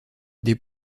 des